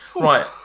Right